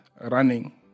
Running